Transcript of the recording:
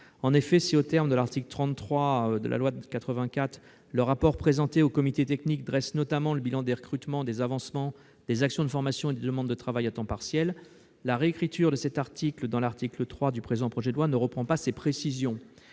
Si, aux termes de l'article 33 de la loi de 1984, le rapport présenté au comité technique dresse notamment le bilan des recrutements, des avancements, des actions de formation et des demandes de travail à temps partiel, la réécriture de ces dispositions par l'article 3 du présent projet de loi ne reprend pas ces précisions.